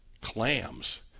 clams